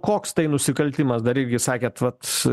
koks tai nusikaltimas dar irgi sakėt vat